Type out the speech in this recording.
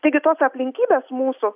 taigi tos aplinkybės mūsų